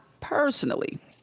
personally